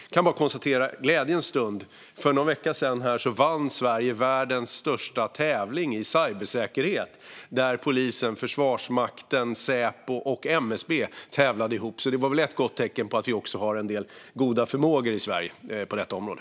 Jag kan bara konstatera en glädjens stund: För någon vecka sedan vann Sverige världens största tävling i cybersäkerhet, där polisen, Försvarsmakten, Säpo och MSB tävlade ihop. Det var väl ett gott tecken på att vi också har en del goda förmågor i Sverige på detta område.